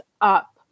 up